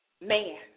man